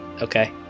Okay